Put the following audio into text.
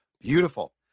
Beautiful